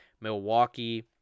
Milwaukee